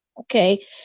okay